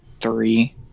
three